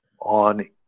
on